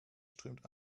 strömt